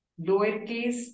lowercase